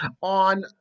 on